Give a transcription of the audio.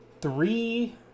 three